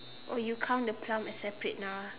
oh you count the plum as separate now ah